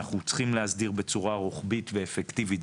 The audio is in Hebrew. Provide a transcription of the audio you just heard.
אנחנו צריכים להסדיר בצורה רוחבית ואפקטיבית.